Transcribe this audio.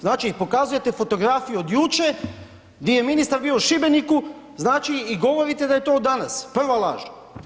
Znači pokazujete fotografiju od jučer gdje je ministar bio u Šibeniku, znači i govorite da je to od danas, prva laž.